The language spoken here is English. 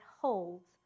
holds